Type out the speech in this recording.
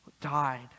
died